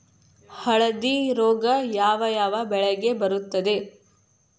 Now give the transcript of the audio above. ಹಳದಿ ರೋಗ ಯಾವ ಯಾವ ಬೆಳೆಗೆ ಬರುತ್ತದೆ?